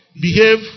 behave